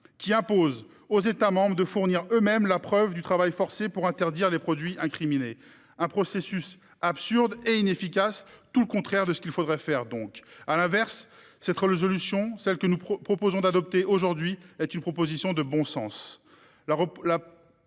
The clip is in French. qui impose aux États membres de fournir eux-mêmes la preuve du travail forcé pour interdire les produits incriminés. C'est un processus absurde et inefficace : tout le contraire de ce qu'il faudrait faire ! À l'inverse, cette résolution que nous vous proposons d'adopter aujourd'hui relève du bon sens.